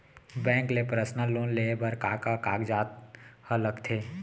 Bank ले personal loan लेये बर का का कागजात ह लगथे?